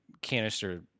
canister